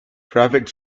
traffic